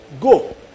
Go